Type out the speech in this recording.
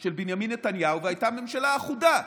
של בנימין נתניהו והייתה ממשלה אחודה.